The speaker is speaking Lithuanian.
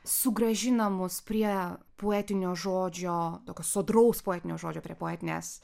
sugrąžina mus prie poetinio žodžio tokio sodraus poetinio žodžio prie poetinės